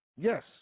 Yes